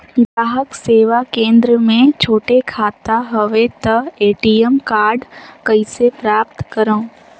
ग्राहक सेवा केंद्र मे छोटे खाता हवय त ए.टी.एम कारड कइसे प्राप्त करव?